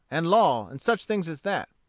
and law, and such things as that.